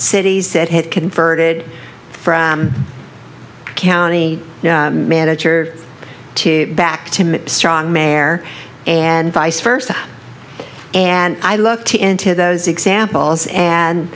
cities that had converted from county manager to back to strong mare and vice versa and i looked into those examples and